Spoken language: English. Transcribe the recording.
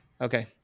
Okay